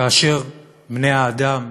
כאשר בני-האדם